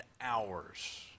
hours